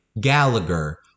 Gallagher